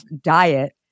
diet